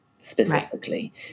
specifically